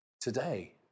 today